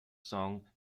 song